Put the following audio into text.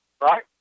right